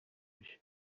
بشه